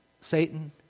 Satan